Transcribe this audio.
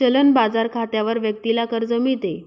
चलन बाजार खात्यावर व्यक्तीला कर्ज मिळते